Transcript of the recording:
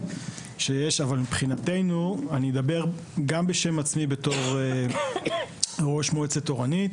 אבל מבחינתנו אני מדבר גם בשם עצמי בתור ראש מועצת אורנית